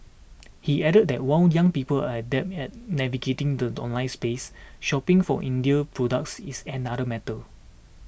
he added that while young people are adept at navigating the online space shopping for Indian products is another matter